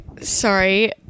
sorry